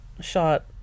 shot